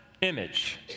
image